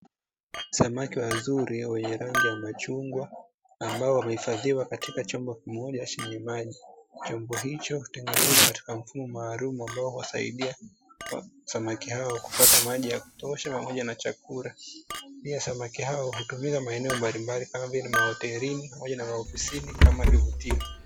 Samaki wazuri wenye rangi ya machungwa ambao wamehifadhiwa katika chombo kimoja chenye maji, chombo hicho hutengenezwa katika mfumo maalumu ambao huwasaidia samaki hao kupata maji ya kutosha pamoja na chakula, pia samaki hao hutumika maeneo mbalimbali kama vile mahotelini na maofisini kama kivutio.